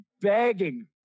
begging